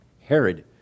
Herod